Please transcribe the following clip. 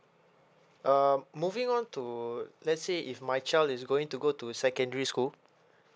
uh moving on to let's say if my child is going to go to secondary school